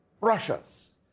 Russia's